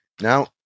Now